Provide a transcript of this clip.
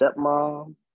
stepmom